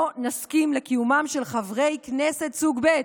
לא נסכים לקיומם של חברי כנסת סוג ב'.